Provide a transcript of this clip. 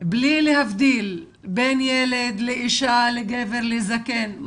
בלי להבדיל בין ילד לאישה, לגבר, לזקן.